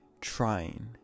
trying